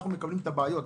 אנחנו מקבלים את הבעיות,